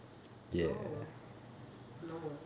no no